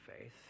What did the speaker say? faith